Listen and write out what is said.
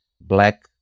Black